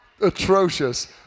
Atrocious